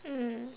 mm